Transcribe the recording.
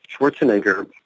Schwarzenegger